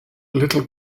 little